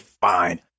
fine